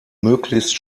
möglichst